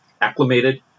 acclimated